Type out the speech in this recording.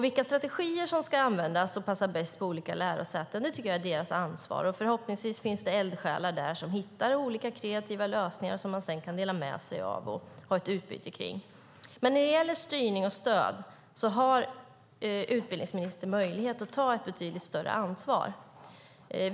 Vilka strategier som ska användas och passar bäst på olika lärosäten är lärosätenas ansvar, och förhoppnings finns det eldsjälar där som hittar olika kreativa lösningar som de sedan kan dela med sig av och ha ett utbyte av. När det gäller styrning och stöd har utbildningsministern möjlighet att ta ett betydligt större ansvar.